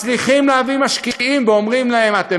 מצליחים להביא משקיעים ואומרים להם: אתם